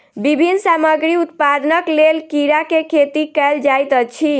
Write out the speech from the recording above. विभिन्न सामग्री उत्पादनक लेल कीड़ा के खेती कयल जाइत अछि